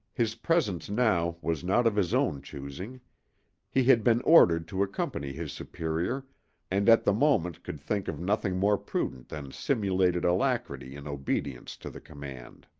his presence now was not of his own choosing he had been ordered to accompany his superior and at the moment could think of nothing more prudent than simulated alacrity in obedience to the command.